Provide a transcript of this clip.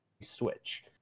Switch